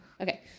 Okay